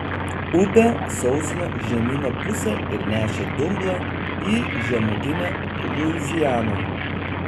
upė sausino žemyno pusę ir nešė dumblą į žemutinę luizianą